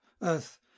earth